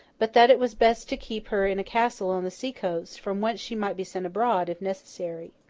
but that it was best to keep her in a castle on the sea-coast, from whence she might be sent abroad, if necessary.